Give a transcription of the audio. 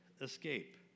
escape